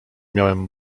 miałem